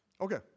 Okay